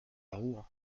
rouen